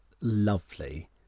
lovely